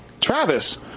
Travis